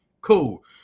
Cool